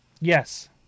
Yes